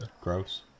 Gross